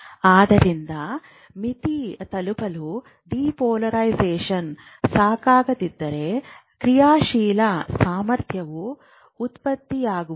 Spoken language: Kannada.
ಆದ್ದರಿಂದ ಮಿತಿ ತಲುಪಲು ಡಿಪೋಲರೈಸೇಶನ್ ಸಾಕಾಗದಿದ್ದರೆ ಕ್ರಿಯಾಶೀಲ ಸಾಮರ್ಥ್ಯವು ಉತ್ಪತ್ತಿಯಾಗುವುದಿಲ್ಲ